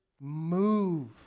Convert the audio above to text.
move